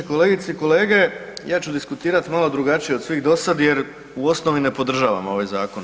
Kolegice i kolege, ja ću diskutirat malo drugačije od svih do sad jer u osnovi ne podržavam ovaj zakon.